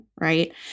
right